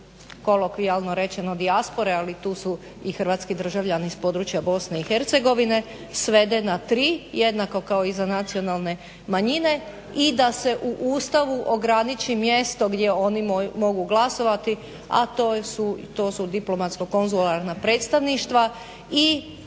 kolokvijalno rečeno dijaspore ali tu su i hrvatski državljani s područja BIH svede na tri jednako kao i za nacionalne manjine i da se u Ustavu ograniči mjesto gdje oni mogu glasovati a to su Diplomatsko konzularna predstavništva i